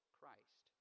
Christ